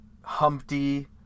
Humpty